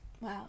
Wow